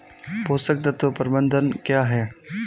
पोषक तत्व प्रबंधन क्या है?